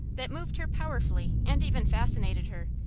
that moved her powerfully, and even fascinated her,